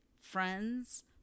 friends